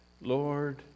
Lord